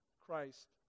Christ